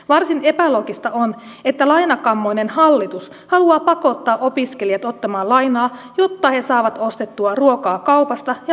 varsin epäloogista on että lainakammoinen hallitus haluaa pakottaa opiskelijat ottamaan lainaa jotta he saavat ostettua ruokaa kaupasta ja maksettua vuokransa